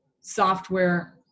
software